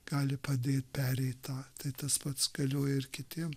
gali padėt pereit tą tai tas pats galioja ir kitiem